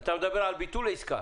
אתה מדבר על ביטול עסקה?